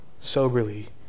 soberly